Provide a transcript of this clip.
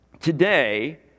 Today